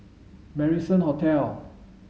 Marrison Hotel